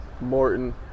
Morton